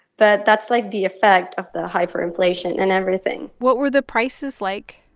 but that's, like, the effect of the hyperinflation and everything what were the prices like?